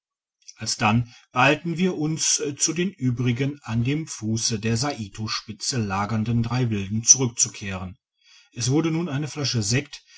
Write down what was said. alsdann beeilten wir uns zu den übrigen an dem fusse der saito spitze lagernden drei wilden zurückzukehren es wurde nun eine flasche sekt